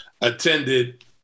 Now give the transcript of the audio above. attended